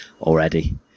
already